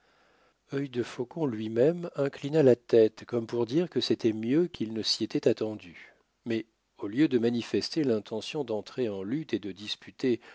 arme œil de faucon luimême inclina la tête comme pour dire que c'était mieux qu'il ne s'y était attendu mais au lieu de manifester l'intention d'entrer en lutte et de disputer